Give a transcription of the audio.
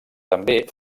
també